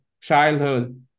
childhood